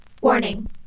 Warning